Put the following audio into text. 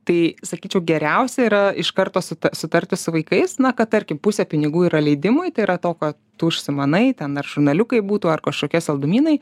tai sakyčiau geriausia yra iš karto su sutarti su vaikais na kad tarkim pusę pinigų yra leidimui tai yra to ką tu užsimanai ten ar žurnaliukai būtų ar kažkokie saldumynai